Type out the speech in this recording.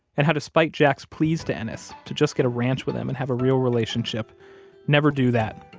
and how despite jack's pleas to ennis to just get a ranch with him and have a real relationship never do that.